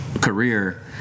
career